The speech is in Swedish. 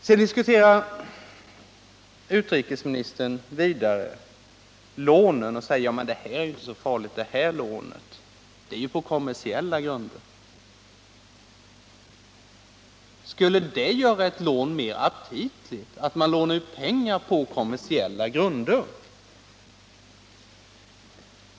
Sedan diskuterar utrikesministern vidare lånen och säger: Det här är inte så farligt, de här lånen ges ju på kommersiella grunder. Skulle det göra ett lån mer aptitligt att man lånar ut pengarna på kommersiella grunder?